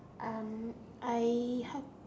um I have